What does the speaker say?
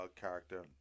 character